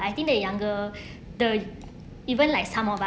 I think the younger the even like some of